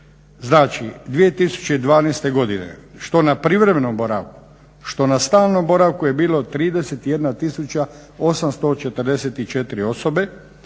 Znači, 2012. godine što na privremenom boravku, što na stalnom boravku je bilo 31844 osobe,